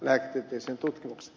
arvoisa puhemies